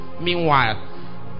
meanwhile